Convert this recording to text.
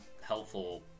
helpful